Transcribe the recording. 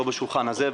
לא בשולחן הזה,